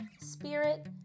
spirit